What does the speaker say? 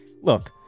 look